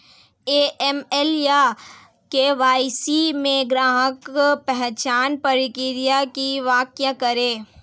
AML या KYC में ग्राहक पहचान प्रक्रिया की व्याख्या करें?